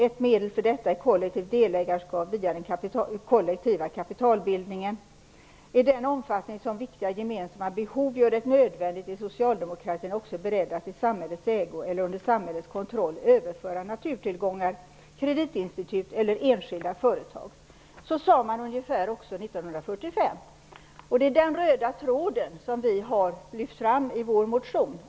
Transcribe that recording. Ett medel för detta är kollektivt delägarskap via den kollektiva kapitalbildningen. I den omfattning som viktiga gemensamma behov gör det nödvändigt är socialdemokratin också beredd att i samhällets ägo eller under samhällets kontroll överföra naturtillgångar, kreditinstitut eller enskilda företag. Så ungefär sade man också 1945. Det är den röda tråden som vi har lyft fram i vår motion.